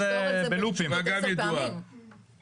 לוועדה הבאה תכינו את החומר.